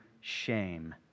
shame